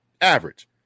average